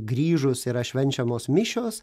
grįžus yra švenčiamos mišios